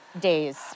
days